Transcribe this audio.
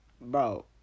Bro